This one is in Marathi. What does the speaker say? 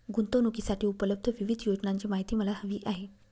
गुंतवणूकीसाठी उपलब्ध विविध योजनांची माहिती मला हवी आहे